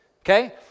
Okay